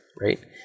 right